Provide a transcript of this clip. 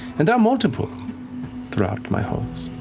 and there are multiple throughout my homes.